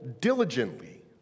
diligently